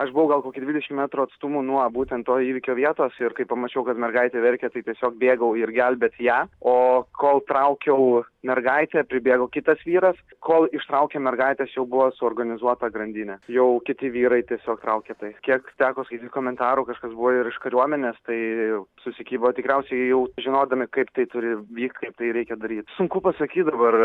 aš buvau gal kokių dvidešimt metrų atstumu nuo būtent to įvykio vietos ir kai pamačiau kad mergaitė verkia tai tiesiog bėgau ir gelbėt ją o kol traukiau mergaitė pribėgo kitas vyras kol ištraukė mergaitės jau buvo suorganizuota grandinė jau kiti vyrai tiesiog traukė tai kiek teko skaityt komentarų kažkas buvo ir iš kariuomenės tai susikibo tikriausiai jau žinodami kaip tai turi vykt kaip tai reikia daryt sunku pasakyt dabar